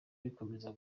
bikomeza